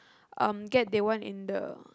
um get they want in the